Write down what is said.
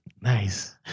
Nice